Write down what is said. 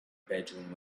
bedroom